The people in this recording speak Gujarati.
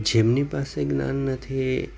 જેમની પાસે જ્ઞાન નથી એ